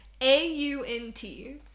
A-U-N-T